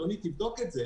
אדוני, תבדוק את זה.